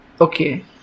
Okay